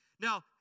Now